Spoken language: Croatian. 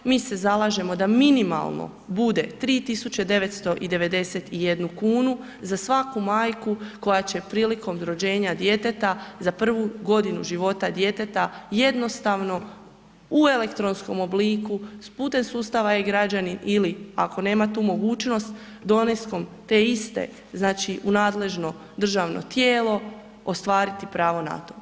Mi se zalažemo da minimalno bude 3991 kunu za svaku majku koja će prilikom rođenja djeteta za prvu godinu života djeteta jednostavno u elektronskom obliku, putem sustava e-Građani ili, ako nema tu mogućnost, dolaskom, te iste, znači u nadležno državno tijelo, ostvariti pravo na tom.